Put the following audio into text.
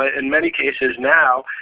ah in many cases now,